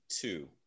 two